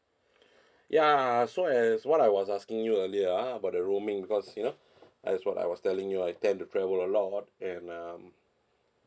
ya so as what I was asking you earlier ah about the roaming because you know as what I was telling you I tend to travel a lot and um